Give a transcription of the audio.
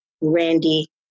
Randy